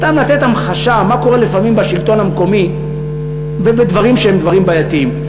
סתם לתת המחשה מה קורה לפעמים בשלטון המקומי ובדברים שהם בעייתיים.